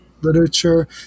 literature